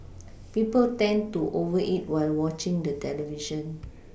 people tend to over eat while watching the television